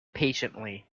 patiently